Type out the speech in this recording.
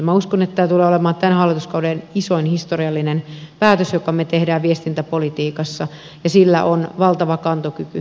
minä uskon että tämä tulee olemaan tämän hallituskauden isoin historiallinen päätös jonka me teemme viestintäpolitiikassa ja sillä on valtava kantokyky